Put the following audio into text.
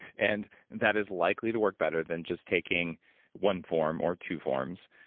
and that is likely to work better than just taking one form or two forms.